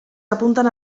apuntan